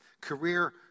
Career